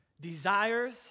desires